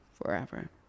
Forever